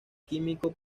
químico